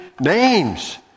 names